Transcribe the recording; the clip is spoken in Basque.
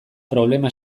problema